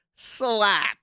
slap